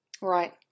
Right